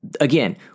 again